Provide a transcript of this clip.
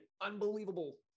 unbelievable